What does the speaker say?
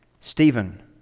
Stephen